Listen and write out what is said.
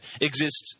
exists